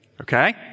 Okay